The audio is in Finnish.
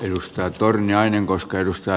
ennusteet torniainen koska edustaa